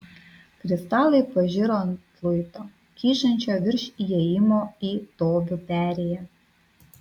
kristalai pažiro ant luito kyšančio virš įėjimo į tobių perėją